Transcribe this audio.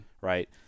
right